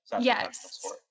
Yes